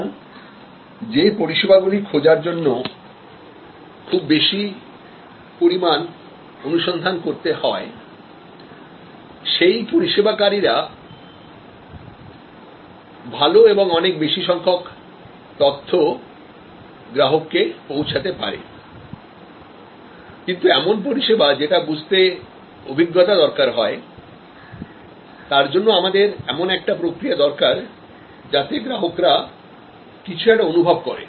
সুতরাং যে পরিষেবাগুলি খোঁজার জন্য খুব বেশি পরিমাণ অনুসন্ধান করতে হয় সেই পরিষেবা কারীরা ভালো এবং অনেক বেশি সংখ্যক তথ্য গ্রাহককে পৌঁছতে পারে কিন্তু এমন পরিষেবা যেটা বুঝতে অভিজ্ঞতা দরকার হয় তার জন্য আমাদের এমন একটা প্রক্রিয়া দরকার যাতে গ্রাহকরা কিছু একটা অনুভব করে